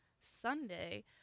Sunday